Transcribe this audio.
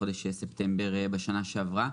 בחודש ספטמבר בשנה שעברה.